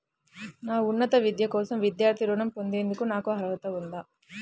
నా ఉన్నత విద్య కోసం విద్యార్థి రుణం పొందేందుకు నాకు అర్హత ఉందా?